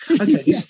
Okay